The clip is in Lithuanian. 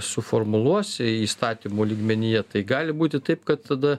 suformuluos įstatymų lygmenyje tai gali būti taip kad tada